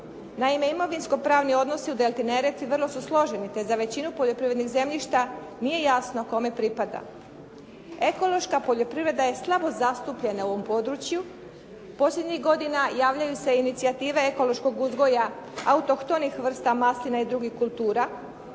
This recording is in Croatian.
Naime, imovinsko-pravni odnosi u Delti Neretvi vrlo su složeni, te za većinu poljoprivrednih zemljišta nije jasno kome pripada. Ekološka poljoprivreda je slabo zastupljena u ovom području. Posljednjih godina javljaju se inicijative ekološkog uzgoja autohtonih vrsta maslina i drugih kultura.